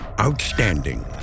outstanding